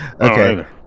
Okay